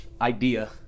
idea